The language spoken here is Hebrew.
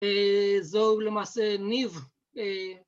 ‫זהו למעשה ניב.